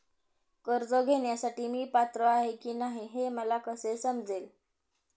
कर्ज घेण्यासाठी मी पात्र आहे की नाही हे मला कसे समजेल?